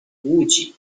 łudzi